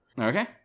Okay